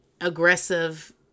aggressive